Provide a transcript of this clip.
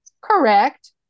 correct